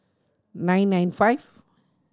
nine nine five